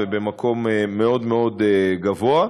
ובמקום מאוד מאוד גבוה.